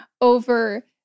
over